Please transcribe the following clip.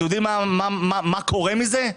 אתם יודעים מה קורה בעקבות זה?